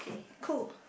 cool